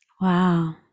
Wow